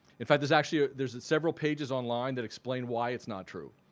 in fact there's actually ah there's several pages online that explain why it's not true.